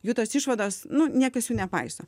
jų tos išvados nu niekas jų nepaiso